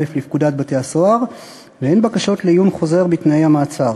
לפקודת בתי-הסוהר והן בקשות לעיון חוזר בתנאי המעצר.